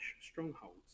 strongholds